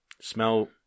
Smell